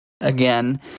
again